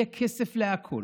יהיה כסף לכול,